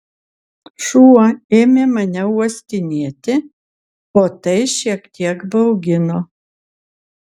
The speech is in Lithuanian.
šuo ėmė mane uostinėti o tai šiek tiek baugino